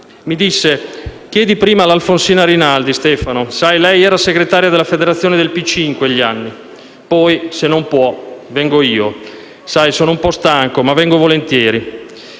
Mi disse: «Chiedi prima ad Alfonsina Rinaldi, Stefano. Sai, lei era segretario della federazione del PCI in quegli anni. Poi, se non può, vengo io. Sai, sono un po' stanco, ma vengo volentieri».